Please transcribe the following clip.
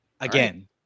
again